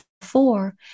four